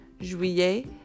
juillet